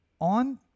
on